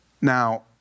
Now